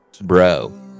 bro